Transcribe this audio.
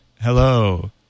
hello